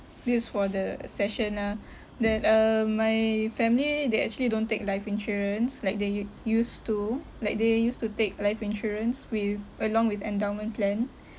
this is for the session ah that um my family they actually don't take life insurance like they u~ used to like they used to take life insurance with along with endowment plan